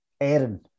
Aaron